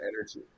energy